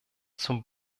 zum